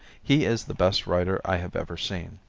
he is the best writer i have ever seen.